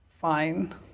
fine